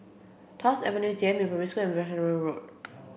Tuas Avenue Jiemin Primary School and Veerasamy Road